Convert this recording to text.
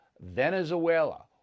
Venezuela